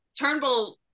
turnbull